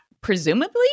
presumably